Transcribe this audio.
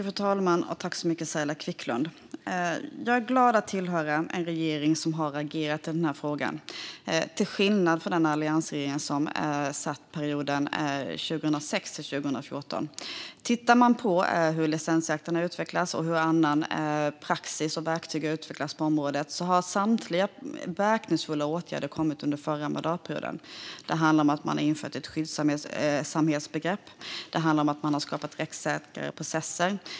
Fru talman! Jag är glad att tillhöra en regering som har agerat i denna fråga, till skillnad från den alliansregering som fanns perioden 2006-2014. Man kan titta på hur licensjakten har utvecklats och på hur praxis och verktyg har utvecklats på området. Samtliga verkningsfulla åtgärder har kommit under den förra mandatperioden. Det handlar om att man har infört ett skyndsamhetsbegrepp. Det handlar om att man har skapat rättssäkra processer.